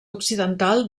occidental